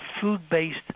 food-based